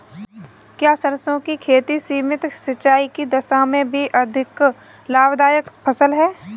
क्या सरसों की खेती सीमित सिंचाई की दशा में भी अधिक लाभदायक फसल है?